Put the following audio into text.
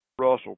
Russell